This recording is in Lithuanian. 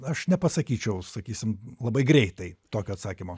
aš nepasakyčiau sakysim labai greitai tokio atsakymo